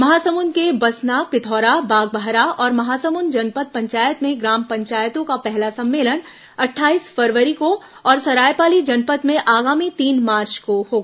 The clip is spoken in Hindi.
महासमुंद के बसना पिथौरा बागबाहरा और महासमुंद जनपद पंचायत में ग्राम पंचायतों का पहला सम्मेलन अट्ठाईस फरवरी को और सरायपाली जनपद में आगामी तीन मार्च को होगा